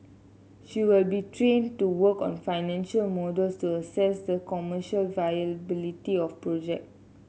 she will be trained to work on financial models to assess the commercial viability of project